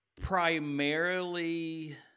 Primarily